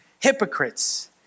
hypocrites